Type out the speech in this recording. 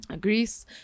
Greece